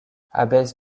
abbesse